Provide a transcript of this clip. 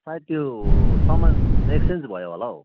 सायद त्यो सामान एक्सचेन्ज भयो होला हौ